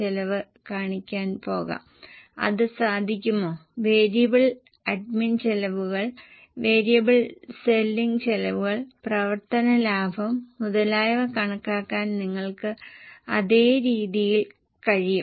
ഇപ്പോൾ ഇവിടെ പ്രൊജക്ഷനായി പോകുന്നതിന് മുമ്പ് നിങ്ങൾ കൺസെഷണൽ സെല്ലിങ് പ്രൈസ് കണക്കാക്കേണ്ടതുണ്ട് സാധാരണ വിൽപ്പന വില ഇളവുള്ള വിൽപ്പന വില എന്നിവ കണക്കാക്കേണ്ടതുണ്ടെന്ന് കരുതുക നിങ്ങൾ അത് എങ്ങനെ ചെയ്യും